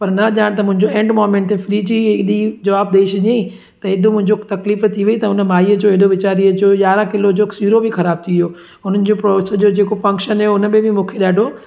पर न ॼाण त मुंहिंजो एंड मोमेंट ते फ्रिज ई हेॾी जवाबु ॾेई छॾियई त हेड़ो मुंहिंजो तकलीफ़ थी वेई त हुन माईअ जो हेॾो विचारीअ जो यारहां किलो जो सीरो बि ख़राबु थी वियो हुननि जो प्रवचन जो जेको फ़ंक्शन हुयो हुन में बि मूंखे ॾाढो